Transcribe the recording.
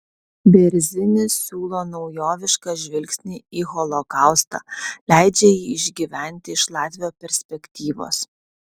bėrzinis siūlo naujovišką žvilgsnį į holokaustą leidžia jį išgyventi iš latvio perspektyvos